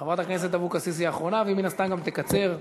חברת הכנסת אבקסיס היא האחרונה ומן הסתם היא גם תקצר.